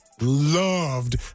loved